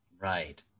right